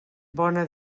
bona